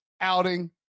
outing